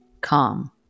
Calm